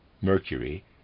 Mercury